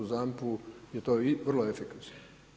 U ZAMP-u je to vrlo efikasno.